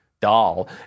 doll